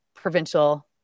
provincial